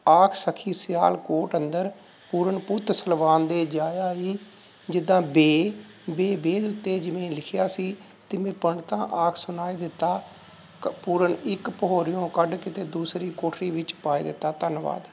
ਆਖ ਸਖੀ ਸਿਆਲਕੋਟ ਅੰਦਰ ਪੂਰਨ ਪੁੱਤ ਸਲਵਾਨ ਦੇ ਜਾਇਆ ਈ ਜਿੱਦਾਂ ਵੇ ਵੇ ਵੇ ਉੱਤੇ ਜਿਵੇਂ ਲਿਖਿਆ ਸੀ ਤੇ ਮੈਂ ਪੰਗਤਾ ਆਖ ਸੁਣਾਏ ਦਿੱਤਾ ਕ ਪੂਰਨ ਇੱਕ ਭੋਰ ਨੂੰ ਕੱਢ ਕੇ ਤੇ ਦੂਸਰੀ ਕੋਠੜੀ ਵਿੱਚ ਪਾਏ ਦਿੱਤਾ ਧੰਨਵਾਦ